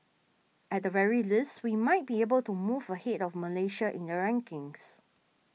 at the very least we might be able to move ahead of Malaysia in the rankings